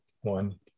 one